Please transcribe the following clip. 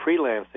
freelancing